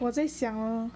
我在想 hor